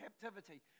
captivity